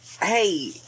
Hey